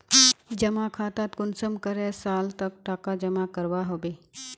जमा खातात कुंसम करे साल तक टका जमा करवा होबे?